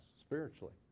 spiritually